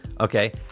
okay